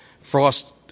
Frost